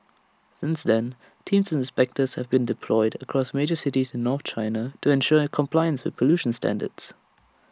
since then teams of inspectors have been deployed across major cities north China to ensure compliance with pollution standards